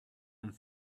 and